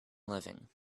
living